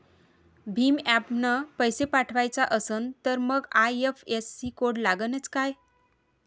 भीम ॲपनं पैसे पाठवायचा असन तर मंग आय.एफ.एस.सी कोड लागनच काय?